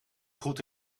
goed